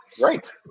Right